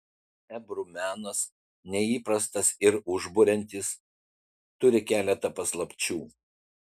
ebru menas neįprastas ir užburiantis turi keletą paslapčių